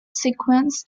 sequence